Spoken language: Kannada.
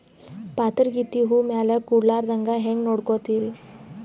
ಪಾತರಗಿತ್ತಿ ಹೂ ಮ್ಯಾಲ ಕೂಡಲಾರ್ದಂಗ ಹೇಂಗ ನೋಡಕೋತಿರಿ?